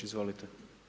Izvolite.